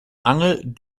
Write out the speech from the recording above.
angel